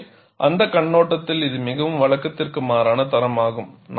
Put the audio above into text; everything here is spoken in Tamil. எனவே அந்தக் கண்ணோட்டத்தில் இது மிகவும் வழக்கத்திற்கு மாறான தரமாகும்